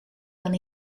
dan